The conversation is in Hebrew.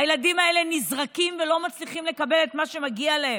הילדים האלה נזרקים ולא מצליחים לקבל את מה שמגיע להם.